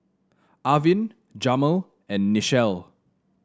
Arvin Jamel and Nichelle